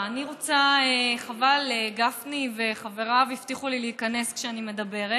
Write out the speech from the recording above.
רוצה לדבר על